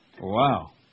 Wow